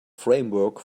framework